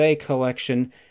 Collection